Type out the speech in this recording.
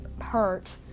hurt